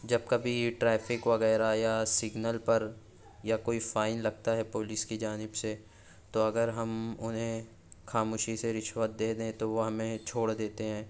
جب کبھی ٹرافک وغیرہ یا سگنل پر یا کوئی فائن لگتا ہے پولیس کی جانب سے تو اگر ہم انھیں خاموشی سے رشوت دے دیں تو وہ ہمیں چھوڑ دیتے ہیں